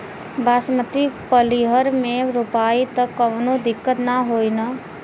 बासमती पलिहर में रोपाई त कवनो दिक्कत ना होई न?